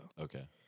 Okay